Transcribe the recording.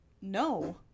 No